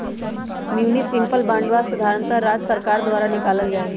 municipal बांडवा साधारणतः राज्य सर्कार द्वारा निकाल्ल जाहई